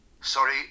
Sorry